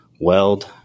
weld